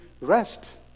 rest